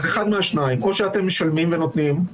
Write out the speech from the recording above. אז אחד מהשניים, או שאתם משלמים ונותנים,